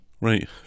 Right